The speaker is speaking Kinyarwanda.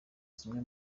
zimwe